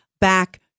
back